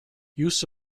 use